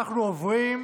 עכשיו תראו,